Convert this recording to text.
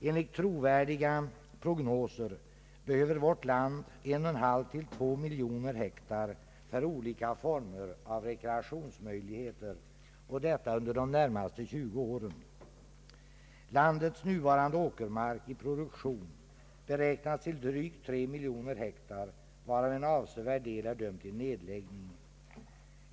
Enligt trovärdiga prognoser behöver vårt land 1,5—2 miljoner hektar för olika former av rekreation — och detta under de närmaste 20 åren. Landets nuvarande åkermark i produktion beräknas till drygt 3 miljoner hektar, varav en avsevärd del är dömd till nedläggning.